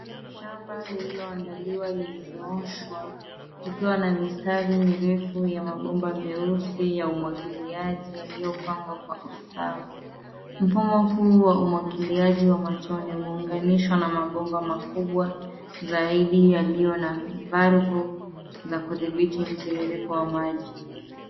Shamba lililoandaliwa limenyooshwa likiwa na mistari mirefu ya mabomba meusi ya umwangiliaji yaliyopangwa kwa usawa. Mfumo huu wa umwangiliaji wa matone yameunganishwa na mabomba makubwa zaidi yaliyo na valvu za kudhibiti mtiririko wa maji.